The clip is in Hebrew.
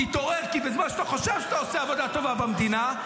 כי בזמן שאתה חושב שאתה עושה עבודה טובה במדינה,